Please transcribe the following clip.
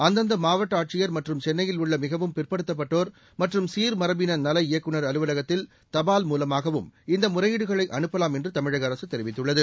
அந்தந்த மாவட்ட ஆட்சியர் மற்றும் சென்னையில் உள்ள மிகவும் பிற்படுத்தப்பட்டோர் மற்றும் சீர் மரபின நல இயக்குந் அலுவலகத்தில் தபால் மூலமாகவும் இந்த முறையீடுகளை அனுப்பலாம் என்று தமிழக அரசு தெரிவித்துள்ளது